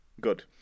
Good